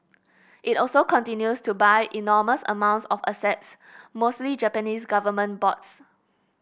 it also continues to buy enormous amounts of assets mostly Japanese government bonds